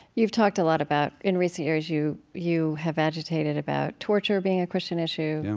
you've talked a lot about in recent years you you have agitated about torture being a christian issue, and